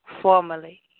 formally